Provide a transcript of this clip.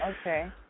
okay